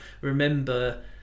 remember